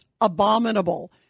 abominable